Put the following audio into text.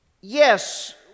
Yes